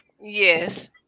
Yes